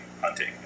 hunting